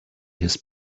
his